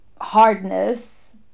hardness